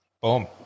Boom